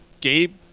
Gabe